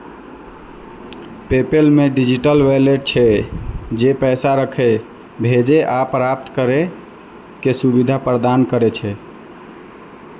PayPal मे digital wallet छै, जे पैसा राखै, भेजै आ प्राप्त करै के सुविधा प्रदान करै छै